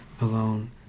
alone